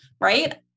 Right